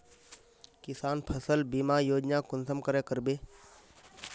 किसान फसल बीमा योजना कुंसम करे करबे?